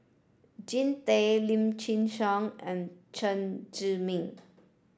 Jean Tay Lim Chin Siong and Chen Zhiming